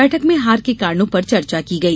बैठक में हार के कारणों पर चर्चा की गई